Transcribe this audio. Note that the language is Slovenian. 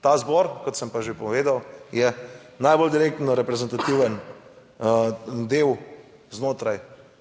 Ta zbor, kot sem pa že povedal, je najbolj direktno reprezentativen del znotraj